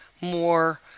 more